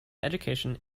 education